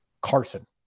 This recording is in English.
Carson